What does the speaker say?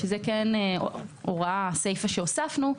זאת סיפא שהוספנו,